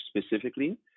specifically